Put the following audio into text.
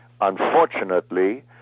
unfortunately